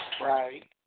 Right